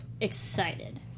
excited